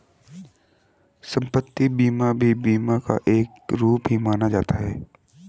सम्पत्ति बीमा भी बीमा का एक रूप ही माना जाता है